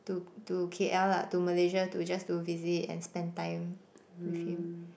to to K_L lah to Malaysia to just to visit and spend time with him